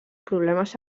problemes